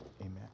Amen